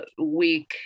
week